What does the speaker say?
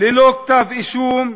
ללא כתב-אישום,